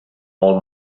all